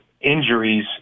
injuries